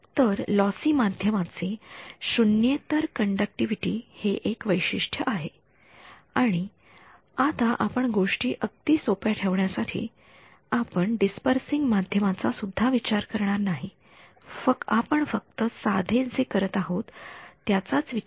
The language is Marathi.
तर लॉसी माध्यमाचे शून्येतर कंडक्टिव्हिटी हे एक वैशिष्ट्य आहे आणि आता आपण गोष्टी अगदी सोप्प्या ठेवण्या साठी आपण डिस्परसिंग माध्यमाचा सुद्धा विचार करणार नाही आपण फक्त साधे जे करत आहोत त्याचाच विचार करू